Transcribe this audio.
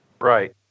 Right